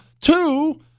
Two